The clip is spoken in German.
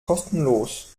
kostenlos